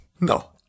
No